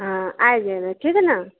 हँ आबि जेबै ठीक ने